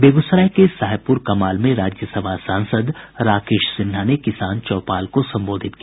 बेगूसराय के साहेबपुर कमाल में राज्यसभा सांसद राकेश सिन्हा ने किसान चौपाल को संबोधित किया